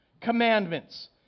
Commandments